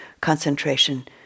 concentration